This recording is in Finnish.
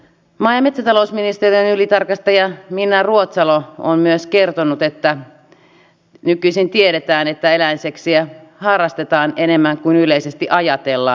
maa ja metsätalousministeriön ylitarkastaja minna ruotsalo on myös kertonut että nykyisin tiedetään että eläinseksiä harrastetaan enemmän kuin yleisesti ajatellaan